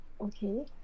Okay